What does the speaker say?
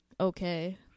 okay